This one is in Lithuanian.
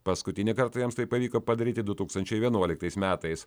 paskutinį kartą jiems tai pavyko padaryti du tūkstančiai vienuoliktais metais